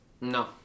No